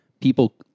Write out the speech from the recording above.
people